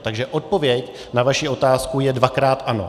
Takže odpověď na vaši otázku je dvakrát ano.